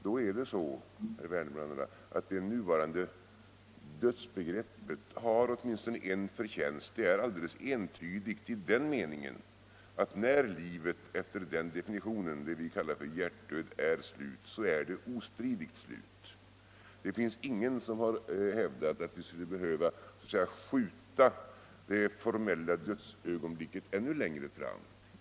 Då är det så, herr Werner och andra, att det nuvarande dödsbegreppet har åtminstone en förtjänst: det är alldeles entydigt i den meningen att när livet efter den definition — det vi kallar hjärtdöd — är slut, så är det ostridigt slut. Det finns ingen som hävdat att vi skulle behöva skjuta det formella dödsögonblicket ännu längre fram.